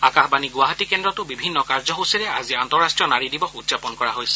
আকাশবাণী গুৱাহাটী কেন্দ্ৰতো বিভিন্ন কাৰ্যসূচীৰে আজি আন্তঃৰাষ্টীয় নাৰী দিৱস উদযাপন কৰা হৈছে